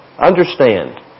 understand